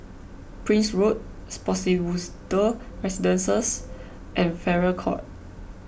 Prince Road Spottiswoode Residences and Farrer Court